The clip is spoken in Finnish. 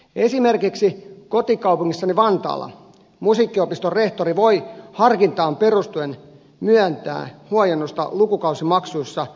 esimerkiksi kotikaupungissani vantaalla musiikkiopiston rehtori voi harkintaan perustuen myöntää huojennusta lukukausimaksuissa lukuvuodeksi kerrallaan